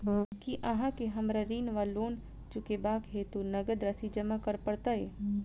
की अहाँ केँ हमरा ऋण वा लोन चुकेबाक हेतु नगद राशि जमा करऽ पड़त?